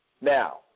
Now